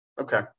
okay